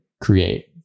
create